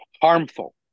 harmful